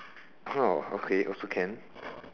okay also can